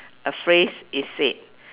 a phrase is said